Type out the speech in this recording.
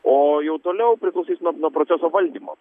o jau toliau priklausys nuo nuo proceso valdymo